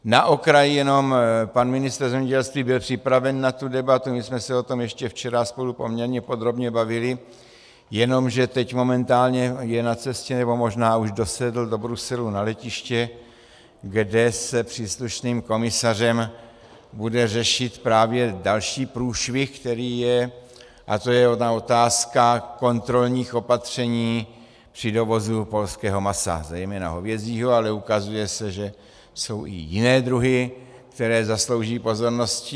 Jen na okraj, pan ministr zemědělství byl připraven na tu debatu, my jsme se o tom ještě včera spolu poměrně podrobně bavili, jenomže teď momentálně je na cestě, nebo možná už dosedl, do Bruselu na letiště, kde se s příslušným komisařem bude řešit právě další průšvih, který je, a to je ona otázka kontrolních opatření při dovozu polského masa, zejména hovězího, ale ukazuje se, že jsou i jiné druhy, které si zaslouží pozornost.